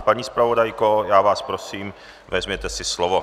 Paní zpravodajko, já vás prosím, vezměte si slovo.